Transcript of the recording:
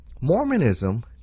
Mormonism